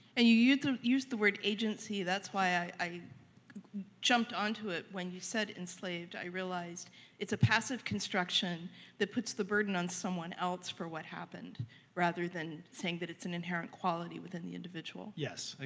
and you you use the word agency, that's why i i jumped onto it. when you said enslaved, i realized it's a passive construction that puts the burden on someone else for what happened rather than saying that it's an inherent quality within the individual. yes, ah